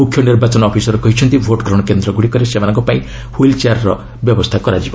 ମୁଖ୍ୟ ନିର୍ବାଚନ ଅଫିସର କହିଛନ୍ତି ଭୋଟ୍ଗ୍ରହଣ କେନ୍ଦ୍ର ଗୁଡ଼ିକରେ ସେମାନଙ୍କ ପାଇଁ ହୁଇଲ୍ ଚେୟାର ଯୋଗାଇ ଦିଆଯିବ